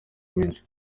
menshi